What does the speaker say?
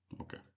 Okay